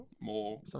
more